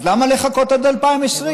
אז למה לחכות עד 2020?